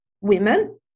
women